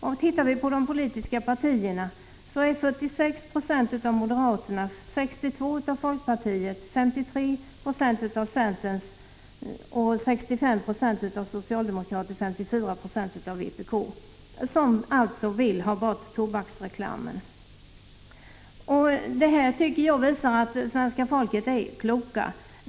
När det gäller de politiska partierna är det 46 90 av moderaterna, 62 90 av folkpartiet, 53 20 av centern, 65 96 av socialdemokraterna och 54 926 av vpk som vill ha bort tobaksreklamen. Jag tycker att detta visar att svenska folket är klokt.